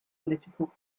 political